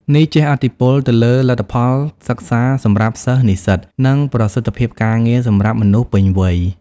នេះជះឥទ្ធិពលទៅលើលទ្ធផលសិក្សាសម្រាប់សិស្ស-និស្សិត និងប្រសិទ្ធភាពការងារសម្រាប់មនុស្សពេញវ័យ។